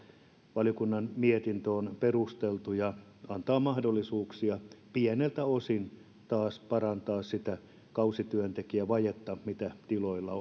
valiokunnan mietintö on perusteltu ja antaa mahdollisuuksia pieneltä osin taas parantaa sitä kausityöntekijävajetta mitä tiloilla